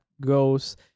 goes